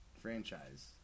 franchise